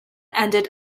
ended